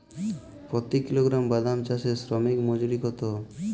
প্রতি কিলোগ্রাম বাদাম চাষে শ্রমিক মজুরি কত?